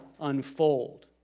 unfold